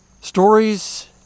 Stories